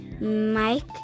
Mike